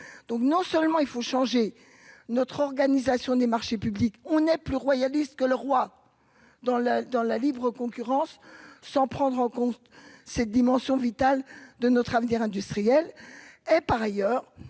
donc non seulement il faut changer notre organisation des marchés publics, on est plus royaliste que le roi dans la dans la libre concurrence sans prendre en compte cette dimension vitale de notre avenir industriel et par ailleurs